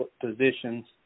positions